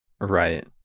Right